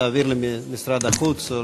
תעביר למשרד החוץ או